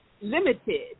limited